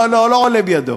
לא, לא עולה בידו.